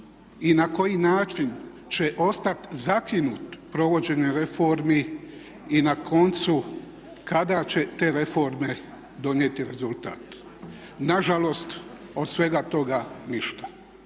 i na koji način će ostati zakinut provođenjem reformi i na koncu kada će te reforme donijeti rezultat. Nažalost od svega toga ništa.